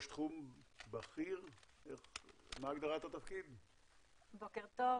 בוקר טוב,